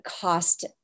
cost